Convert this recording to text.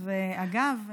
ואגב,